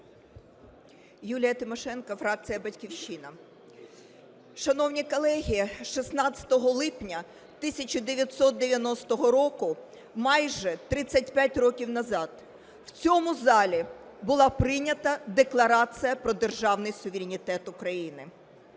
Юлія Тимошенко, фракція "Батьківщина". Шановні колеги, 16 липня 1990 року, майже 35 років назад, у цьому залі була прийнята Декларація про державний суверенітет України.